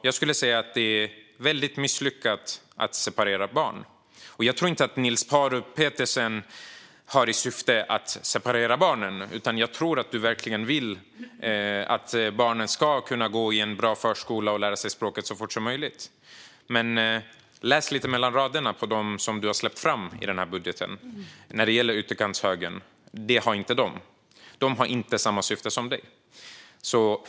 Jag skulle vilja säga att det är misslyckat att separera barn. Jag tror inte att du har som syfte att separera barn, Niels Paarup-Petersen, utan jag tror att du verkligen vill att barnen ska kunna gå i en bra förskola och lära sig språket så fort som möjligt. Men läs lite mellan raderna hos dem du har släppt fram i budgeten - ytterkantshögern! De har inte samma syfte som du.